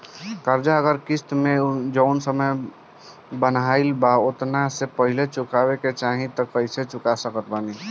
कर्जा अगर किश्त मे जऊन समय बनहाएल बा ओतना से पहिले चुकावे के चाहीं त कइसे चुका सकत बानी?